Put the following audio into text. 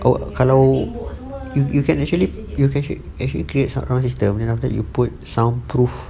oh kalau you you can actually you can actually you can actually create surround system and then put soundproof